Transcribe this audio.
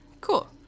Cool